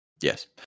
Yes